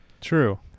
true